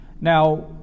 Now